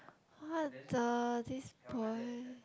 what the this boy